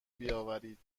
بیاورید